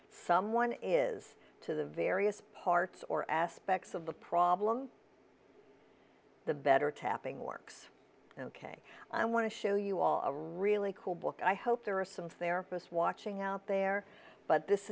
someone is to the various parts or aspects of the problem the better tapping works ok i want to show you all a really cool book i hope there are some therapist watching out there but this